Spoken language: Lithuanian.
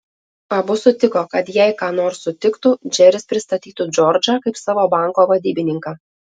abu sutiko kad jei ką nors sutiktų džeris pristatytų džordžą kaip savo banko vadybininką